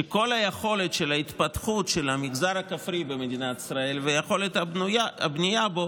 שכל היכולת של ההתפתחות של המגזר הכפרי במדינת ישראל ויכולת הבנייה בו